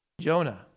Jonah